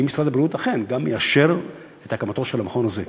אם משרד הבריאות אכן יאשר את הקמתו של המכון הזה.